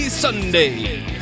Sunday